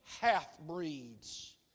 half-breeds